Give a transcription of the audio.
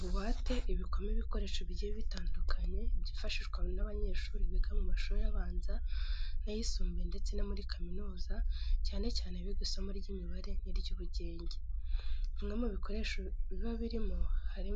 Buwate ibikwamo ibikoresho bigiye bitandukanye byifashishwa n'abanyshuri biga mu mashuri abanza n'ayisumbuye ndetse no muri kaminuza cyane cyane abiga isomo ry'imibare n'iry'ubugenge. Bimwe mu bikoresho biba birimo hari